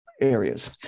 areas